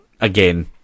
again